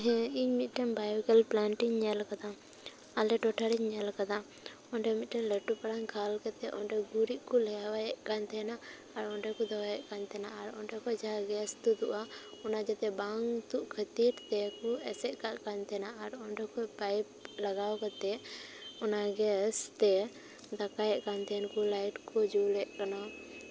ᱦᱮᱸ ᱤᱧ ᱢᱤᱫᱴᱮᱱ ᱵᱟᱭᱳᱠᱮᱞ ᱯᱞᱮᱱᱴ ᱤᱧ ᱧᱮᱞ ᱠᱟᱫᱟ ᱟᱞᱮ ᱴᱚᱴᱷᱟᱨᱤᱧ ᱧᱮᱞ ᱠᱟᱫᱟ ᱚᱸᱰᱮ ᱢᱤᱫᱴᱮᱱ ᱞᱟᱹᱴᱩ ᱯᱟᱨᱟ ᱠᱷᱟᱞ ᱠᱟᱛᱮᱜ ᱚᱸᱰᱮ ᱜᱩᱨᱤᱡ ᱠᱚ ᱞᱮᱣᱦᱟᱭᱮᱫ ᱠᱟᱱ ᱛᱟᱦᱮᱱᱟ ᱟᱨ ᱚᱸᱰᱮ ᱠᱚ ᱫᱚᱦᱚᱭᱮᱫ ᱠᱟᱱ ᱛᱟᱦᱮᱱᱟ ᱟᱨ ᱚᱸᱰᱮ ᱠᱷᱚᱱ ᱡᱟᱦᱟᱸ ᱜᱮᱥ ᱛᱩᱫᱩᱜᱼᱟ ᱚᱱᱟ ᱡᱟᱛᱮ ᱵᱟᱝ ᱛᱩᱫ ᱠᱷᱟᱹᱛᱤᱨ ᱛᱮᱠᱚ ᱮᱥᱮᱫ ᱠᱟᱱ ᱛᱟᱦᱮᱱᱟ ᱟᱨ ᱚᱸᱰᱮ ᱠᱷᱚᱱ ᱯᱟᱭᱤᱯ ᱞᱟᱜᱟᱣ ᱠᱟᱛᱮᱜ ᱚᱱᱟ ᱜᱮᱥ ᱛᱮ ᱫᱟᱠᱟᱭᱮᱫ ᱠᱟᱱ ᱛᱟᱦᱮᱱ ᱠᱚ ᱞᱟᱭᱤᱴ ᱠᱚ ᱡᱩᱞᱮᱜ ᱠᱟᱱᱟ